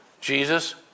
Jesus